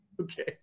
Okay